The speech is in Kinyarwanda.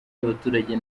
y’abaturage